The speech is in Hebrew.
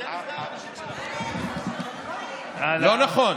אלכס, השעון, לא נכון.